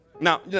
Now